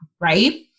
right